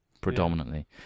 predominantly